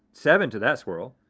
seven to that swirl.